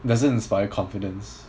it doesn't inspire confidence